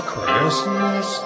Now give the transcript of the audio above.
Christmas